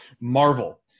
Marvel